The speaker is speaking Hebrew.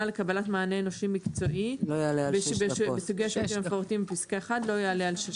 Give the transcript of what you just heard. לקבלת מענה אנושי מקצועי בסוגים המפורטים בפסקה (6) לא יעלה על שש